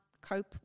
cope